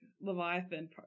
Leviathan